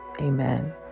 amen